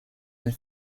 and